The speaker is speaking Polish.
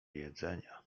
jedzenia